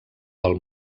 del